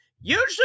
Usually